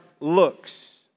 looks